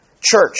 church